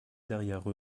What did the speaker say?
derrière